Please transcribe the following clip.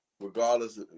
regardless